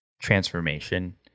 transformation